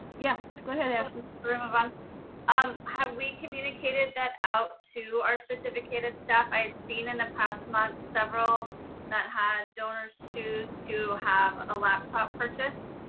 yeah, go ahead ashley. kind of ah um have we communicated that out to our certificated staff i had seen in the past month several that had donors choose to have a laptop purchase.